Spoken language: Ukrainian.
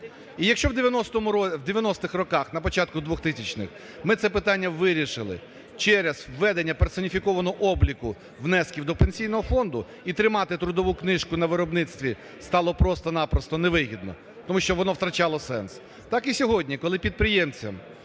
І якщо в 90-х роках, на початку 2000-х ми це питання вирішили через введення персоніфікованого обліку внесків до Пенсійного фонду, і тримати трудову книжку на виробництві стало просто-напросто невигідно, тому що воно втрачало сенс. Так і сьогодні, коли підприємцям